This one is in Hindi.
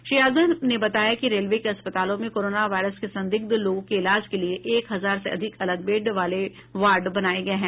श्री यादव ने बताया कि रेलवे के अस्पतालों में कोरोना वायरस के संदिग्ध लोगों के इलाज के लिये एक हजार से अधिक अलग बेड वाले वार्ड बनाये गये हैं